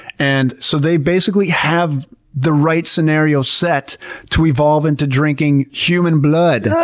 and so they basically have the right scenario set to evolve into drinking human blood!